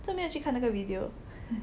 这没有去看那个 video